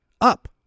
up